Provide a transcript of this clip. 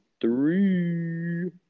three